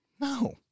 No